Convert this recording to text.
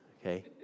okay